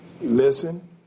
listen